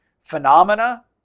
phenomena